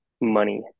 money